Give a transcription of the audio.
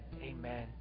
Amen